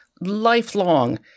lifelong